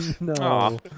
no